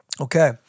Okay